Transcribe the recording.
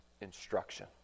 instruction